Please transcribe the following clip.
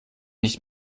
nicht